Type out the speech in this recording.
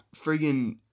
friggin